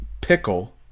Pickle